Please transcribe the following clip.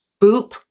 Boop